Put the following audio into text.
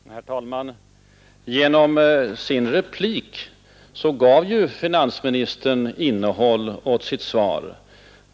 Herr talman! Genom sin replik gav ju finansministern innehåll åt svaret.